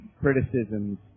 criticisms